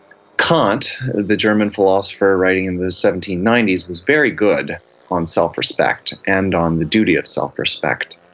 kant, the german philosopher writing in the seventeen ninety s, was very good on self-respect and on the duty of self-respect.